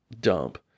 dump